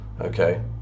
Okay